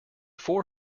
four